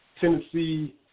Tennessee